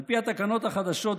על פי התקנות החדשות,